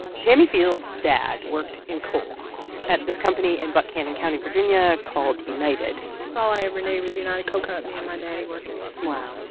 tammy fields' dad worked in coal at this company in buchanan county, va, yeah called united that's all i ever knew was united coal company and my daddy working. wow.